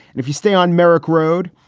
and if you stay on merrick road,